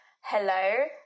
hello